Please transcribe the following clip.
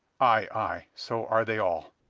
ay, ay, so are they all!